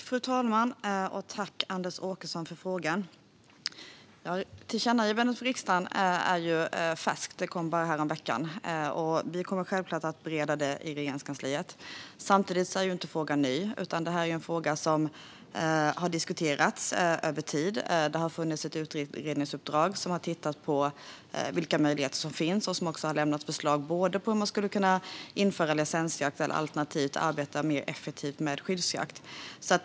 Fru talman! Tack för frågan, Anders Åkesson! Det här med tillkännagivandet från riksdagen är färskt. Vi fick reda på det bara häromveckan. Vi kommer självklart att bereda det i Regeringskansliet. Samtidigt är inte frågan ny. Detta är en fråga som har diskuterats över tid. Det har funnits ett utredningsuppdrag där man har tittat på vilka möjligheter som finns. Utredningen har också lämnat förslag på om man skulle kunna införa licensjakt alternativt arbeta mer effektivt med skyddsjakt.